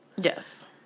Yes